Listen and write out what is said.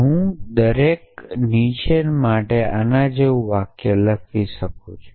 હું દરેક નીચેના માટે આના જેવુ વાક્ય લખી શકું છું